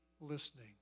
listening